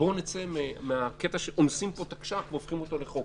בואו נצא מהקטע שאונסים פה תקש"ח והופכים אותו לחוק,